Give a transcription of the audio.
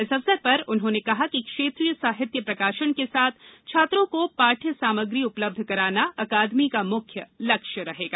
इस अवसर पर उन्होंने कहा कि क्षेत्रीय साहित्य प्रकाशन के साथ छात्रों को पाठ्य सामग्री उपलब्ध कराना अकादमी का मुख्य लक्ष्य रहेगा